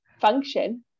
function